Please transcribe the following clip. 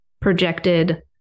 projected